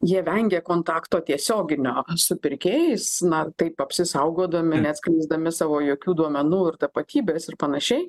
jie vengė kontakto tiesioginio su pirkėjais na taip apsisaugodami neatskleisdami savo jokių duomenų ir tapatybės ir panašiai